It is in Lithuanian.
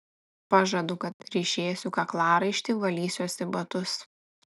pažadu kad ryšėsiu kaklaraištį valysiuosi batus